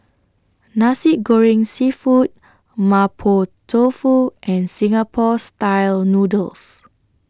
Nasi Goreng Seafood Mapo Tofu and Singapore Style Noodles